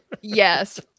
yes